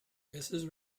mrs